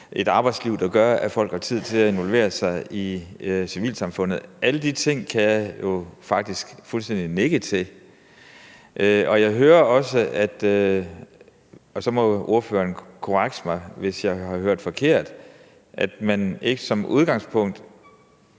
et arbejdsliv, der gør, at folk har tid til at involvere sig i civilsamfundet. Alle de ting kan jeg jo faktisk fuldstændig nikke til. Og jeg hører også – og så må ordføreren korrekse mig, hvis jeg har hørt forkert – at man ikke som udgangspunkt